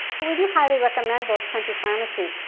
but we do highly recommend bulls country pharmacy.